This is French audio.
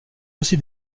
aussi